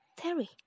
Terry